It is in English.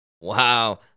Wow